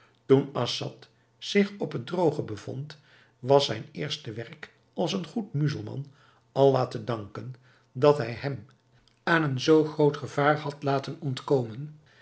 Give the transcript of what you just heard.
toen assad zich op het drooge bevond was zijn eerste werk als een goed muzelman allah te danken dat hij hem aan een zoo groot gevaar had laten ontkomen